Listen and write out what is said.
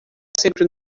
sempre